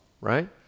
right